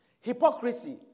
hypocrisy